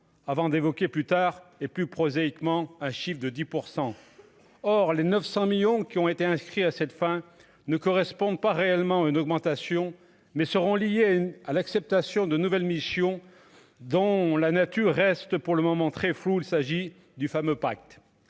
avant d'évoquer plus tard et plus prosaïquement un chiffre de 10 % or les 900 millions qui ont été inscrits à cette fin, ne correspondent pas réellement une augmentation mais seront liées à l'acceptation de nouvelles missions, dont la nature reste pour le moment très flou, il s'agit du fameux pacte